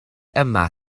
yma